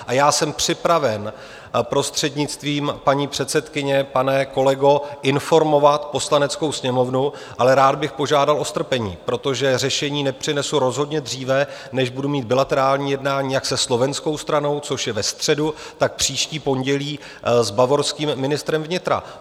A já jsem připraven prostřednictvím paní předsedkyně, pane kolego, informovat Poslaneckou sněmovnu, ale rád bych požádal o strpení, protože řešení nepřinesu rozhodně dříve, než budu mít bilaterální jednání jak se slovenskou stranou, což je ve středu, tak příští pondělí s bavorským ministrem vnitra.